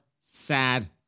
sad